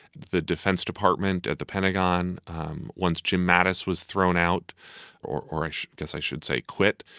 the defense department at the pentagon um wants jim mattis was thrown out or orosz, because, i should say, quit.